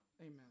Amen